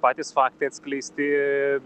patys faktai atskleisti